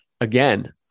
again